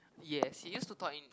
yes he used to talk in